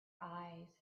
eyes